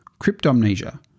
Cryptomnesia